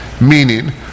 Meaning